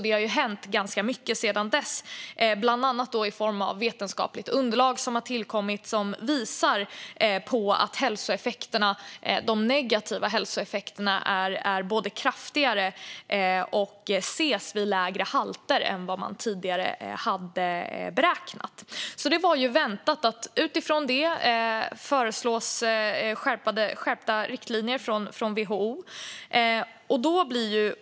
Det har hänt ganska mycket sedan dess, bland annat i form av vetenskapligt underlag som har tillkommit och som visar på att de negativa hälsoeffekterna både är kraftigare och ses vid lägre halter än vad man tidigare hade beräknat. Det var väntat att det utifrån detta föreslås skärpta riktlinjer från WHO.